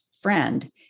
friend